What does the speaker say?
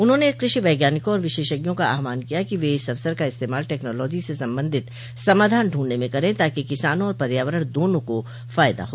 उन्होंने कृषि वैज्ञानिकों और विशेषज्ञों का आहवान किया कि वे इस अवसर का इस्तेंमाल टैक्नोलॉजी से संबंधित समाधान ढूंढने में करें ताकि किसानों और पर्यावरण दोनों को फायदा हो